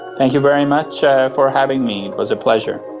thank you very much ah for having me, it was a pleasure.